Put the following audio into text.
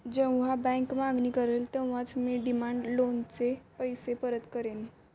जेव्हा बँक मागणी करेल तेव्हाच मी डिमांड लोनचे पैसे परत करेन